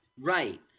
Right